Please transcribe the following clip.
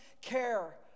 care